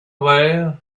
way